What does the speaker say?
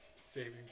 saving